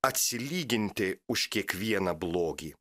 atsilyginti už kiekvieną blogį